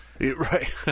right